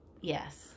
Yes